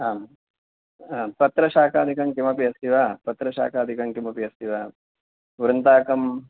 आं पत्रशाकादिकं किमपि अस्ति वा पत्रशाकादिकं किमपि अस्ति वा वृन्ताकं